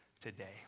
today